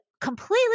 Completely